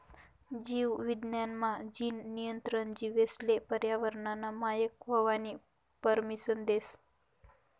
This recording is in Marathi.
जीव विज्ञान मा, जीन नियंत्रण जीवेसले पर्यावरनना मायक व्हवानी परमिसन देस